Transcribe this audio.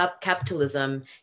capitalism